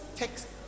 text